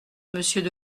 monsieur